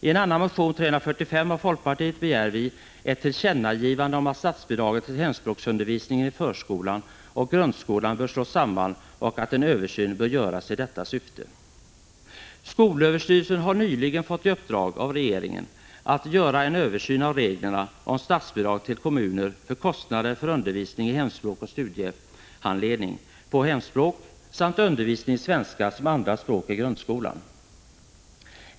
I en annan motion, 345, av folkpartiet begär vi ett tillkännagivande om att statsbidragen till hemspråksundervisningen i förskolan och grundskolan bör slås samman och att en översyn bör göras i detta syfte. Skolöverstyrelsen har nyligen fått regeringens uppdrag att göra en översyn av reglerna om statsbidrag till kommuner för kostnader för hemspråksundervisning och studiehandledning på hemspråk samt undervisning i svenska som andra språk i grundskolan.